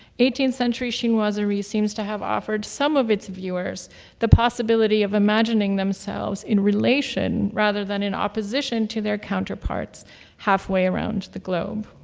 eighteenth century chinoiserie seems to have offered some of its viewers the possibility of imagining themselves in relation rather than in opposition to their counterparts halfway around the globe.